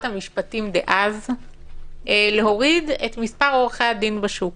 המשפטים דאז להוריד את מספר עורכי הדין בשוק.